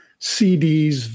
CDs